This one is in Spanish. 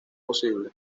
posible